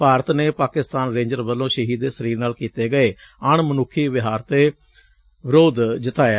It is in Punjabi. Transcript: ਭਾਰਤ ਨੇ ਪਾਕਿਸਤਾਨ ਰੇ ਜਰਜ਼ ਵੱਲੋਂ ਸ਼ਹੀਦ ਦੇ ਸਰੀਰ ਨਾਲ ਕੀਤੇ ਗਏ ਅਣ ਮਨੁੱਖੀ ਵਿਵਹਾਰ ਤੇ ਵਿਰੋਧ ਜਤਾਇਐ